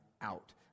out